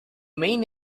main